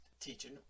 teaching